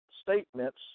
statements